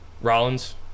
Rollins